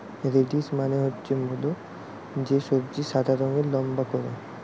radish মানে হচ্ছে মুলো, যে সবজি সাদা রঙের লম্বা করে